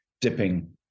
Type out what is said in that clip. dipping